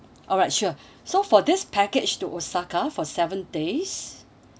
alright sure so for this package to osaka for seven days